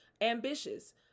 ambitious